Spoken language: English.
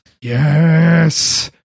yes